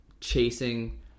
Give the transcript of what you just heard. chasing